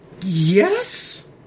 Yes